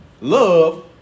Love